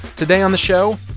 today on the show,